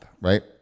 right